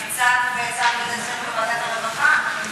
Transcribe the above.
בוועדת הרווחה.